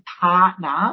partner